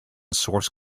source